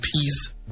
peace